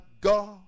God